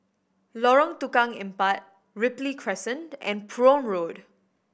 Lorong Tukang Empat Ripley Crescent and Prome Road